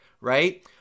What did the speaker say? right